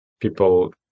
people